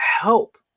help